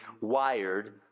wired